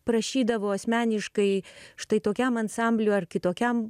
prašydavo asmeniškai štai tokiam ansambliui ar kitokiam